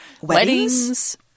weddings